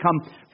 come